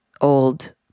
old